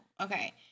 okay